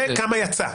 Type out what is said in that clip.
וכמה יצא.